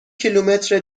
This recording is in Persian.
کیلومتر